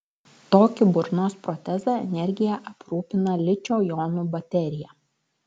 tokį burnos protezą energija aprūpina ličio jonų baterija